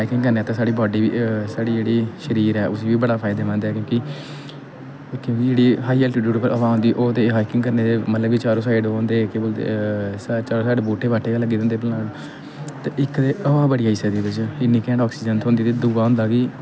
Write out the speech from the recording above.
इक ऐ जेह्ड़ी हाई एल्टिटुड पर हवा आंदी ओह् हाकिंग करने दे मतलब कि चारो साइड दे केह् बोलदे चारों साइड बहूटे बाह्टे लगे दे होंदे इक ते हवा बड़ी आई सकदी इ'दे च इ'न्नी कैंट आक्सीजन थोंह्दी ते दूआ होंदा कि